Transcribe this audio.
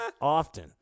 often